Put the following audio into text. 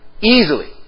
Easily